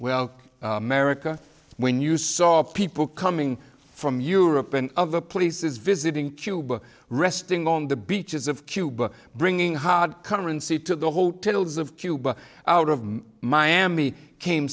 well merica when you saw people coming from europe and of the police's visiting cuba resting on the beaches of cuba bringing hard currency to the hotels of cuba out of miami came